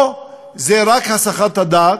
או שזו רק הסחת הדעת,